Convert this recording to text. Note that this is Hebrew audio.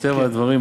מטבע הדברים,